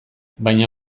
baina